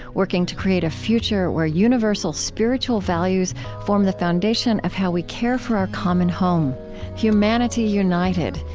working to create a future where universal spiritual values form the foundation of how we care for our common home humanity united,